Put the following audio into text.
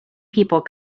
people